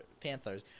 Panthers